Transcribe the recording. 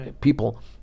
people